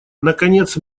наконец